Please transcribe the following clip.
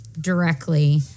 directly